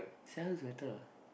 Stella looks better